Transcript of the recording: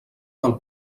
del